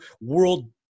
world